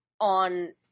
on